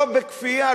לא בכפייה,